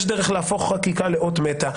יש דרך להפוך חקיקה לאות מתה,